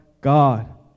God